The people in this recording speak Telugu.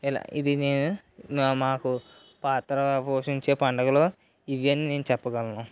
ఇలా ఇది నేను మాకు పాత్ర పోషించే పండుగలు ఇవి అని నేను చెప్పగలను